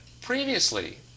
previously